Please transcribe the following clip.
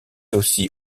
aussi